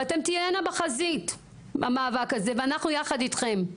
ואתן תהינה בחזית המאבק הזה ואנחנו יחד איתכן,